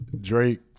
Drake